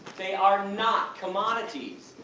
they are not commodities!